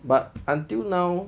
but until now